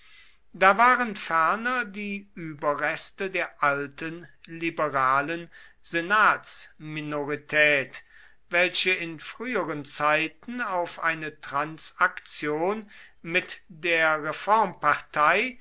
da waren ferner die überreste der alten liberalen senatsminorität welche in früheren zeiten auf eine transaktion mit der